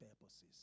purposes